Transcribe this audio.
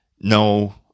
no